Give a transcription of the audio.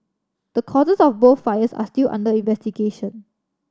the causes of both fires are still under investigation